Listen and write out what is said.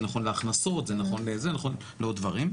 זה נכון להכנסות, זה נכון לעוד דברים,